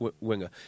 winger